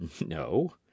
No